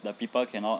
the people cannot